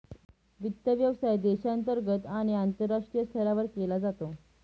वित्त व्यवसाय देशांतर्गत आणि आंतरराष्ट्रीय स्तरावर केला जातो